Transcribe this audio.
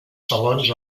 salons